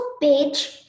page